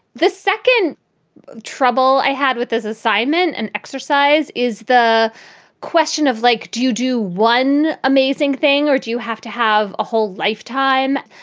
the second trouble i had with this assignment, an exercise is the question of like, do you do one amazing thing or do you have to have a whole lifetime?